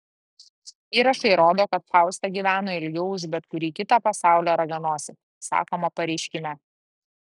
įrašai rodo kad fausta gyveno ilgiau už bet kurį kitą pasaulio raganosį sakoma pareiškime